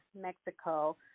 Mexico